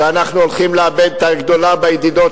שאנחנו הולכים לאבד את הגדולה בידידות